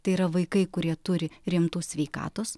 tai yra vaikai kurie turi rimtų sveikatos